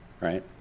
right